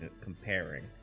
comparing